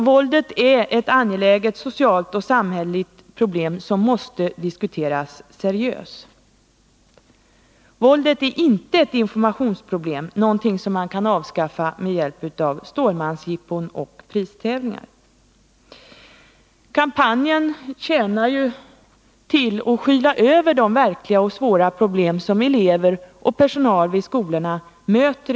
Våldet är ett angeläget socialt och samhälleligt problem som måste diskuteras seriöst. Våldet är inte ett informationsproblem, alltså något som man kan avskaffa med hjälp av Stålmansjippon och pristävlingar. Kampanjen tjänar bara syftet att skyla över de verkliga och svåra problem som elever och personal vid skolorna möter.